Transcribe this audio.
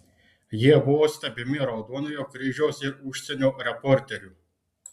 jie buvo stebimi raudonojo kryžiaus ir užsienio reporterių